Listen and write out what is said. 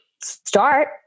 start